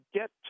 get